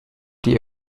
die